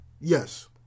yes